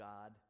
God